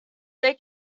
they